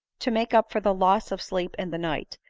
to make up for the loss of sleep in the night,